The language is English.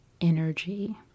energy